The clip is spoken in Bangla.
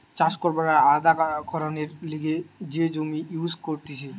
চাষ করবার আর আলাদা কারণের লিগে যে জমি ইউজ করতিছে